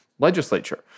Legislature